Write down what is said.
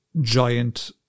giant